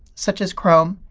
such as chrome,